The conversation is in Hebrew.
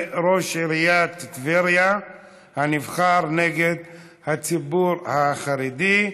ראש עיריית טבריה הנבחר נגד הציבור החרדי,